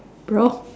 bro